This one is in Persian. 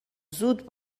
زود